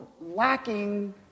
lacking